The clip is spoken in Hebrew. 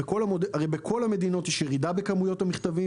בכל המדינות יש ירידה בכמויות המכתבים